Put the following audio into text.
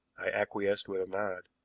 i acquiesced with a nod.